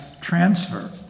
transfer